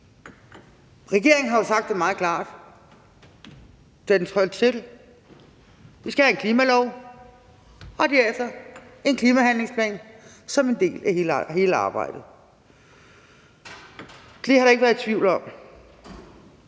Regeringen har jo sagt det meget klart, da den trådte til: Vi skal have en klimalov og derefter en klimahandlingsplan som en del af hele arbejdet. Det har der ikke været tvivl om.